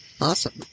awesome